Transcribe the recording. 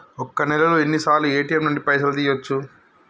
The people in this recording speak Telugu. ఒక్క నెలలో ఎన్నిసార్లు ఏ.టి.ఎమ్ నుండి పైసలు తీయచ్చు?